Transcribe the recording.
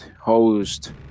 host